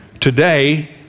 today